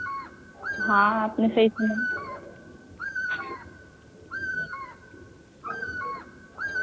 हाँ आपने सही सुना